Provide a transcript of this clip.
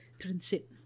transit